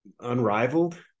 unrivaled